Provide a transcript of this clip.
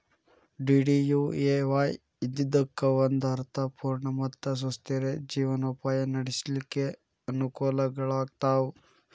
DDUAY ಇದ್ದಿದ್ದಕ್ಕ ಒಂದ ಅರ್ಥ ಪೂರ್ಣ ಮತ್ತ ಸುಸ್ಥಿರ ಜೇವನೊಪಾಯ ನಡ್ಸ್ಲಿಕ್ಕೆ ಅನಕೂಲಗಳಾಗ್ತಾವ